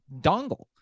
dongle